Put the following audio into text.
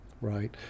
right